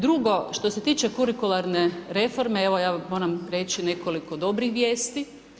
Drugo što se tiče kurikularne reforme, evo ja moram reći nekoliko dobrih vijesti.